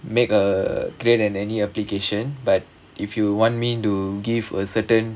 make a create an any application but if you want me to give a certain